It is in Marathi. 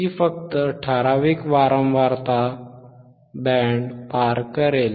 ते फक्त ठराविक वारंवारता बँड पार करेल